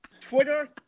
Twitter